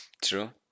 True